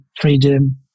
freedom